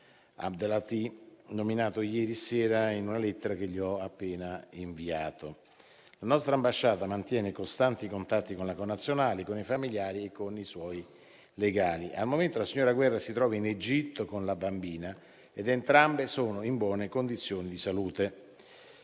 Abdelatty, nominato ieri sera, in una lettera che gli ho appena inviato. La nostra ambasciata mantiene costanti contatti con la connazionale, con i familiari e i suoi legali. Al momento la signora Guerra si trova in Egitto con la bambina ed entrambe sono in buone condizioni di salute.